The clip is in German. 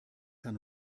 herrn